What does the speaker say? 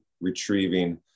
retrieving